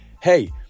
hey